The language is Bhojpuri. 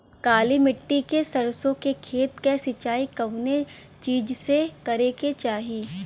काली मिट्टी के सरसों के खेत क सिंचाई कवने चीज़से करेके चाही?